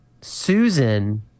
Susan